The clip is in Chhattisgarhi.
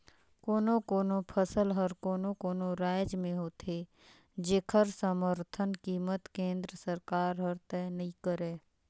कोनो कोनो फसल हर कोनो कोनो रायज में होथे जेखर समरथन कीमत केंद्र सरकार हर तय नइ करय